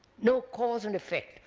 no cause and effect.